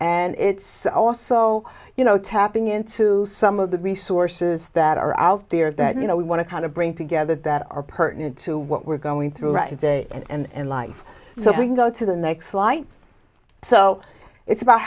and it's also you know tapping into some of the resources that are out there that you know we want to kind of bring together that are pertinent to what we're going through right to day and life so we can go to the next light so it's about